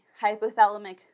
hypothalamic